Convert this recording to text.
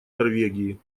норвегии